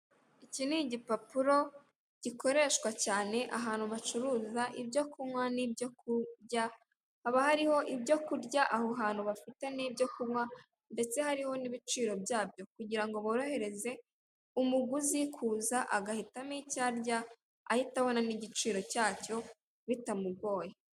Iki ni igipapuro gikoreshwa cyane ahantu bacuruza ibyo kunywa n'ibyo kurya, haba hariho ibyo kurya aho hantu bafite n'ibyo kunywa, ndetse hariho n'ibiciro byabyo. Kugira ngo borohereze umuguzi kuza agahitamo icyo arya, ahita abona n'igiciro cyayo, bitamugoye.